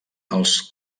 als